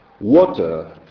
water